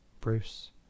bruce